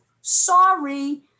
Sorry